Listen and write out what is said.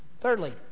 Thirdly